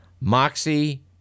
Moxie